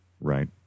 Right